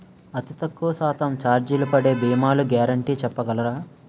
అతి తక్కువ శాతం ఛార్జీలు పడే భీమాలు గ్యారంటీ చెప్పగలరా?